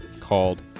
called